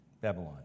Babylon